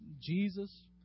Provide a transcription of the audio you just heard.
Jesus